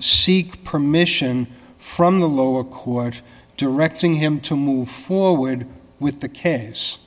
seek permission from the lower court directing him to move forward with the ca